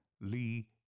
Lee